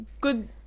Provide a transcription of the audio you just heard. good